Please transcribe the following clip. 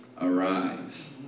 arise